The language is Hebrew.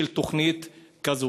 של תוכנית כזאת.